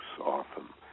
often